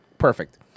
Perfect